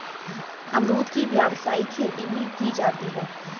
अमरुद की व्यावसायिक खेती भी की जाती है